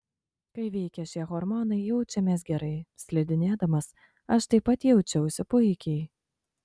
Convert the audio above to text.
kai veikia šie hormonai jaučiamės gerai slidinėdamas aš taip pat jaučiausi puikiai